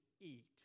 eat